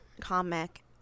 comic